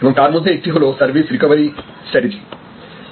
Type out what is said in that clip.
এবং তার মধ্যে একটি হল সার্ভিস রিকভারি স্ট্রাটেজি